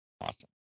awesome